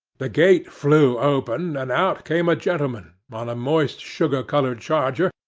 the gate flew open, and out came a gentleman, on a moist-sugar coloured charger,